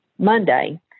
Monday